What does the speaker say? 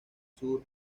sur